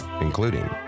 including